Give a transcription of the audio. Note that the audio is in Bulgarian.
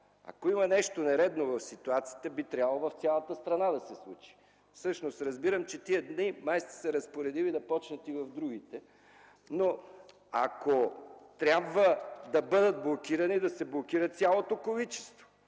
Ако има нещо нередно в ситуацията, би трябвало в цялата страна това да се случи. Всъщност, разбирам, че тези дни май сте се разпоредили да започне същият процес и на други места, но ако трябва да бъдат блокирани – да се блокира цялото количество.